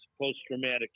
post-traumatic